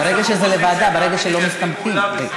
תאמיני לי, את תהיי מעולה בזה.